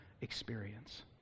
experience